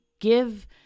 give